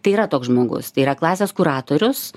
tai yra toks žmogus tai yra klasės kuratorius